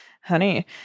Honey